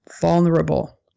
Vulnerable